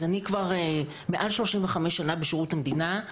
אז אני כבר מעל 35 שנה בשירות המדינה,